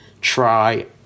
try